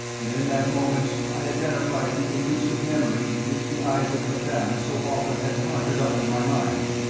and in that moment i identified the illusive memory which the eyes of madame so often had conjured up in my mind.